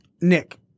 Nick